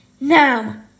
Now